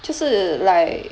就是 like